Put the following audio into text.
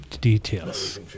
details